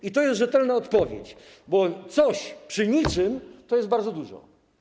I to jest rzetelna odpowiedź, bo coś przy niczym to jest bardzo dużo.